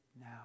now